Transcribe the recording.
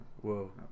Whoa